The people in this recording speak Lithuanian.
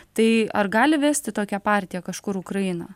tai ar gali vesti tokia partija kažkur ukrainą